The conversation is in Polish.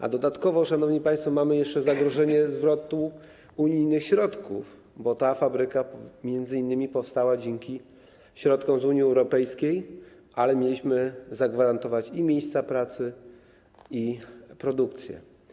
A dodatkowo, szanowni państwo, mamy jeszcze zagrożenie zwrotem unijnych środków, bo ta fabryka powstała m.in. dzięki środkom z Unii Europejskiej, ale mieliśmy zagwarantować i miejsca pracy, i produkcję.